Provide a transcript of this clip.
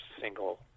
single